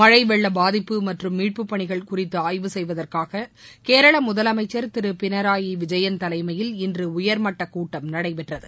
மழை வெள்ள பாதிப்பு மற்றம் மீட்பு பணிகள் குறித்து ஆய்வு செய்வதற்காக கேரளா முதலமைச்சர் திரு பினராயி விஜயன் தலைமையில் இன்று உயர்மட்டக்கூட்டம் நடைபெற்றது